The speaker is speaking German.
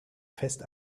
fest